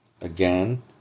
again